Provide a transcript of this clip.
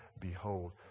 behold